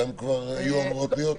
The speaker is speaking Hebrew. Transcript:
גם הן כבר היו אמורות להיות?